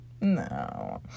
No